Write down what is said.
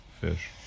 Fish